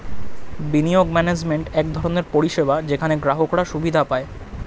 বিনিয়োগ ম্যানেজমেন্ট এক ধরনের পরিষেবা যেখানে গ্রাহকরা সুবিধা পায়